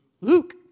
Luke